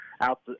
out